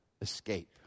escape